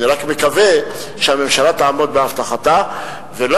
אני רק מקווה שהממשלה תעמוד בהבטחתה ולא